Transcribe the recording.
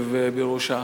וליושב בראשה.